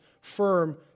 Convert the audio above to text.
firm